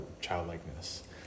childlikeness